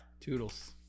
Toodles